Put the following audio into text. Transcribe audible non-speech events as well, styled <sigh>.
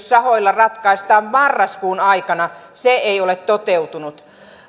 <unintelligible> sahoilla ratkaistaan marraskuun aikana ei ole toteutunut